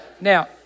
Now